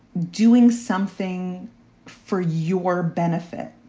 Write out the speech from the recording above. doing something for your benefit,